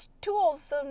tools